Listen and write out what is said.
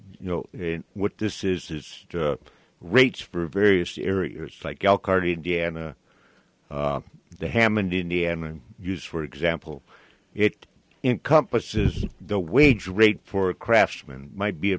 you know what this is is rates for various areas like elkhart indiana the hammond indiana used for example it encompasses the wage rate for a craftsman might be a